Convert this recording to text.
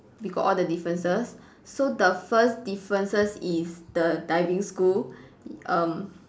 we got all the differences so the first differences is the diving school um